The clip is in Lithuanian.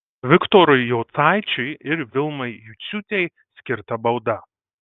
viktorui jocaičiui ir vilmai juciūtei skirta bauda